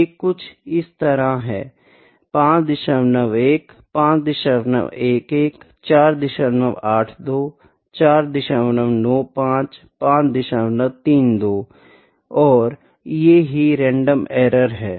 ये कुछ इस तरह है 51 511 482 495 532 और ये ही रैंडम एरर है